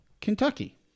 Kentucky